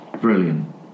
brilliant